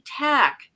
tech